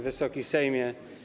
Wysoki Sejmie!